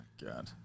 God